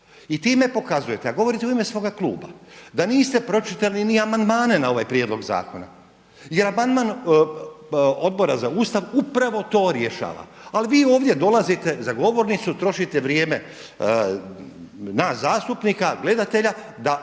I time pokazujete a govorite u ime svoga kluba da niste pročitali ni amandmane na ovaj prijedlog zakona. I da amandman Odbora za Ustav upravo to rješava. Ali vi ovdje dolazite za govornicu, trošite vrijeme nas zastupnika, gledatelja da pokažete